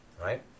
right